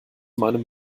meinem